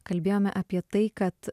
kalbėjome apie tai kad